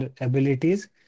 abilities